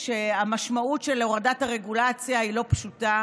שהמשמעות של הורדת הרגולציה היא לא פשוטה,